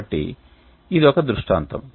కాబట్టి ఇది ఒక దృష్టాంతం